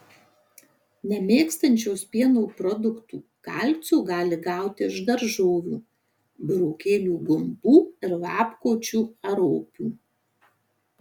nemėgstančios pieno produktų kalcio gali gauti iš daržovių burokėlių gumbų ir lapkočių ar ropių